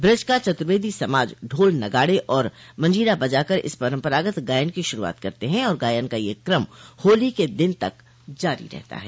ब्रज का चतुर्वेदी समाज ढाल नगाड़े और मजीरा बजाकर इस परम्परागत गायन की शुरूआत करते हैं और गायन का यह कम होली के दिन तक जारी रहता है